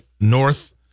North